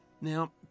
Now